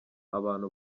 abantu